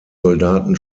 soldaten